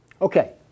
Okay